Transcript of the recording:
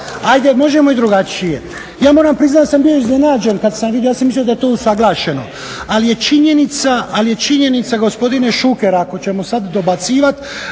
Ajde možemo i drugačije. Ja moram priznati da sam bio iznenađen kad sam vidio, ja sam mislio da je to usuglašeno, ali je činjenica gospodine Šuker, ako ćemo sad dobacivati,